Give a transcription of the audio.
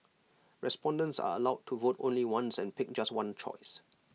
respondents are allowed to vote only once and pick just one choice